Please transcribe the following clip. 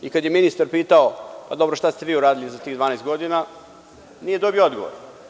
I kada je ministar pitao - dobro šta ste vi uradili za tih 12 godina, nije dobio odgovor.